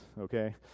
okay